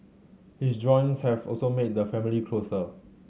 his drawings have also made the family closer